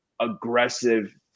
aggressive